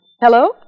Hello